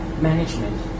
management